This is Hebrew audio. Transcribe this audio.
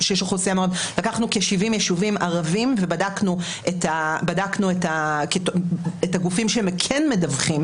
לקחנו כ-70 יישובים ערביים ובדקנו את הגופים שכן מדווחים